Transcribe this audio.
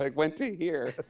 like went to here.